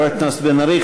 תודה לחברת הכנסת בן ארי.